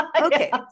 Okay